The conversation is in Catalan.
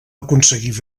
aconseguir